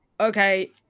okay